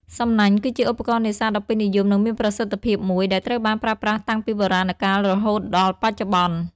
សំណាញ់ គឺជាឧបករណ៍នេសាទដ៏ពេញនិយម និងមានប្រសិទ្ធភាពមួយ ដែលត្រូវបានប្រើប្រាស់តាំងពីបុរាណកាលរហូតដល់បច្ចុប្បន្ន។